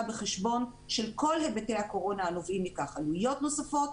בחשבון של כל היבטי הקורונה הנובעים מכך כמו עלויות נוספות,